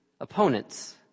opponents